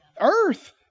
Earth